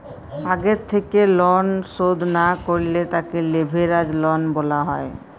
আগে থেক্যে লন শধ না করলে তাকে লেভেরাজ লন বলা হ্যয়